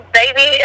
baby